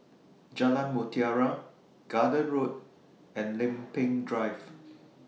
Jalan Mutiara Garden Road and Lempeng Drive